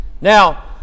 Now